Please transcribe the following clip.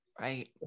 Right